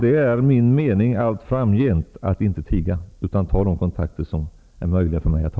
Det är min mening att allt framgent inte tiga, utan ta de kontakter som är möjliga för mig att ta.